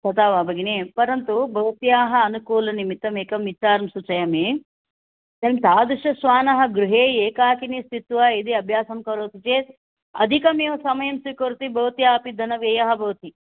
तथा वा भगिनि परन्तु भवत्याः अनुकूलनिमित्तम् एकं विचारं सूचयामि तं तादृशः श्वानः गृहे एकाकिनः स्थित्वा यदि अभ्यासं करोति चेत् अधिकमेव समयं स्वीकरोति भवत्यापि धनव्ययः भवति